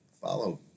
follow